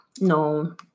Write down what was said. no